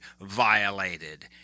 violated